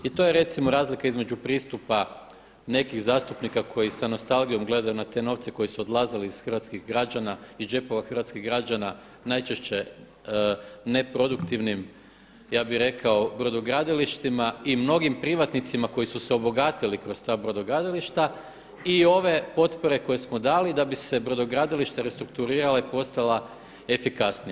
I to je recimo razlika između pristupa nekih zastupnika koji s nostalgijom gledaju na te novce koji su odlazili iz hrvatskih građana, iz džepova hrvatskih građana, najčešće ne produktivnim ja bih rekao brodogradilištima i mnogim privatnicima koji su se obogatili kroz ta brodogradilišta i ove potpore koje smo dali da bi se brodogradilišta restrukturirala i postala efikasnija.